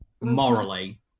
Morally